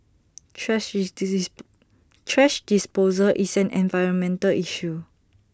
thrash thrash disposal is an environmental issue